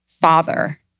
father